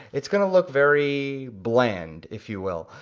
it's gonna look very bland, if you will.